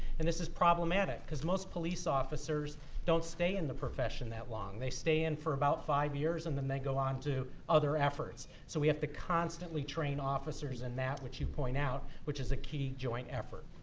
and this is problematic, because most police officers don't stay in the profession that long. they stay in for about five years, and then they go on to other efforts. so we have to constantly train officers and that what you point out, which is a key joint effort.